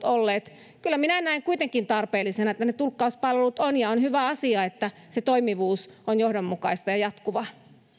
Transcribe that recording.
olleet kyllä minä näen kuitenkin tarpeellisena että ne tulkkauspalvelut on ja on hyvä asia että se toimivuus on johdonmukaista ja jatkuvaa